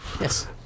Yes